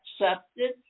accepted